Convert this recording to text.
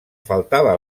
faltava